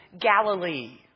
Galilee